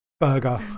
burger